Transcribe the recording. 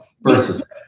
versus